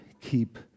keep